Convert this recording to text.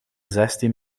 zestien